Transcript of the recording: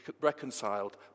reconciled